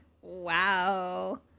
Wow